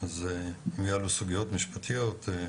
יעלו סוגיות משפטיות.